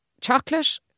chocolate